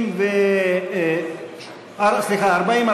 על סעיפים 40,